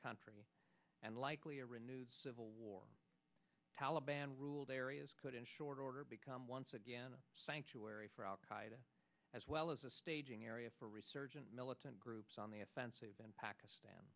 country and likely a renewed civil war taliban ruled areas could in short order become once again a sanctuary for al qaida as well as a staging area for resurgent militant groups on the offensive in pakistan